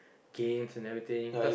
games and everything cause